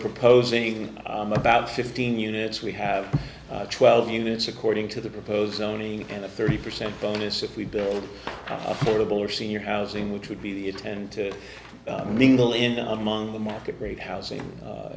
proposing about fifteen units we have twelve units according to the propose owning and a thirty percent bonus if we build affordable or senior housing which would be the tend to mingle in among the market rate housing